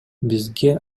бизге